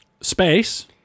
space